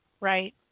Right